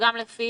וגם לפי